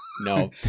No